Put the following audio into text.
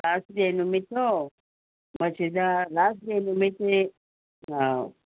ꯂꯥꯁ date ꯅꯨꯃꯤꯠꯇꯣ ꯃꯁꯤꯗ last date ꯅꯨꯃꯤꯠꯁꯤ